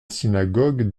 synagogue